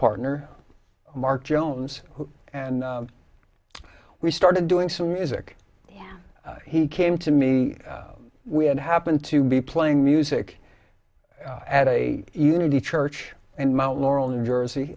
partner mark jones who and we started doing some music he came to me we had happened to be playing music at a unity church and mount laurel new jersey